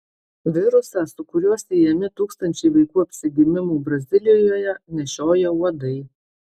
virusą su kuriuo siejami tūkstančiai vaikų apsigimimų brazilijoje nešioja uodai